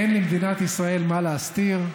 אין למדינת ישראל מה להסתיר,